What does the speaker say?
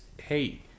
hey